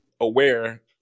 aware